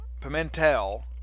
Pimentel